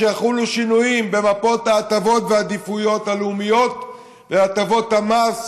שיחולו שינויים במפות ההטבות והעדיפויות הלאומיות והטבות המס,